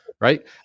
Right